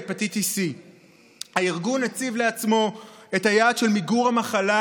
הפטיטיס C. הארגון הציב לעצמו את היעד של מיגור המחלה